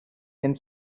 and